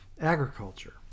agriculture